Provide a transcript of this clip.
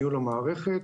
ניהול המערכת,